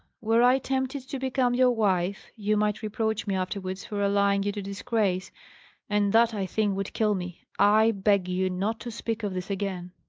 were i tempted to become your wife, you might reproach me afterwards for allying you to disgrace and that, i think, would kill me. i beg you not to speak of this again.